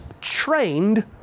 trained